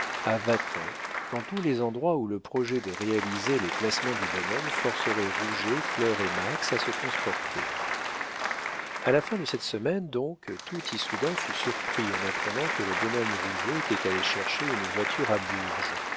vatan dans tous les endroits où le projet de réaliser les placements du bonhomme forcerait rouget flore et max à se transporter a la fin de cette semaine donc tout issoudun fut surpris en apprenant que le bonhomme rouget était allé chercher une voiture à bourges